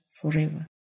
forever